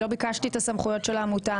לא ביקשתי את הסמכויות של העמותה,